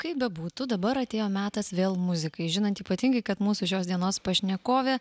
kaip bebūtų dabar atėjo metas vėl muzikai žinant ypatingai kad mūsų šios dienos pašnekovė